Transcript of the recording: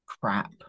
Crap